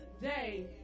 day